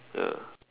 ya